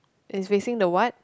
it's facing the what